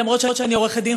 אף-על-פי שאני עורכת-דין,